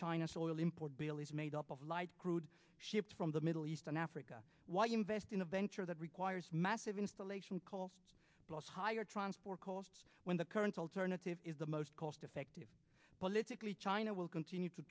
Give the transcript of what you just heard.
china saw oil import bally's made up of light crude shipped from the middle east and africa while you invest in a venture that requires massive installation calls plus higher transport costs when the current alternative is the most cost effective politically china will continue to